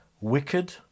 wicked